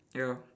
ya